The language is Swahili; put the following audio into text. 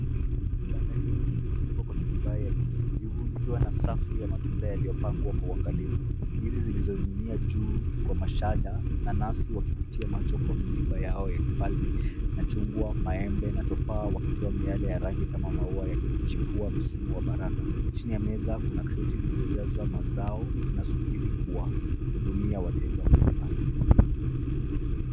Banda hili ni kufunikwa katika durubai ya kijivu jivu likiwa na safu ya matunda yaliyopangwa kwa uangalifu. Ndizi zilizomininia juu kwa mashada ,nanasi wakivutiwa nacho kwa miiba yao ya kifalme na chungwa, maembe na tofaa wakitoa miale ya rangi kama maua yaliyochipua msimu wa baraka. Chini ya meza kuna kreti zilizojaza mazao zinasubiri kuwahudumia wateja.